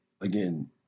again